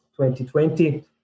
2020